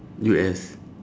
U_S